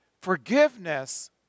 Forgiveness